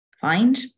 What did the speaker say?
find